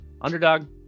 Underdog